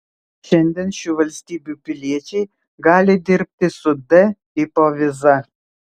šiandien šių valstybių piliečiai gali dirbti su d tipo viza